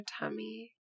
tummy